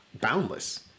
boundless